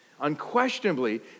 Unquestionably